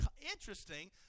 interesting